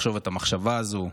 לחשוב את המחשבה הזו,